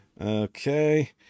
Okay